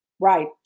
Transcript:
Right